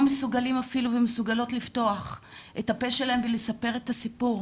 מסוגלים ומסוגלות לפתוח את הפה שלהם ולספר את הסיפור,